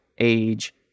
age